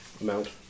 amount